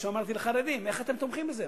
כמו שאמרתי לחרדים, איך אתם תומכים בזה?